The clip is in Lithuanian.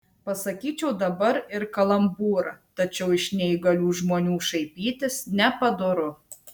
pasakyčiau dabar ir kalambūrą tačiau iš neįgalių žmonių šaipytis nepadoru